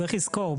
צריך לזכור.